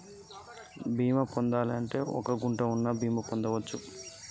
బీమా పొందాలి అంటే ఎంత పొలం కావాలి?